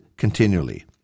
Continually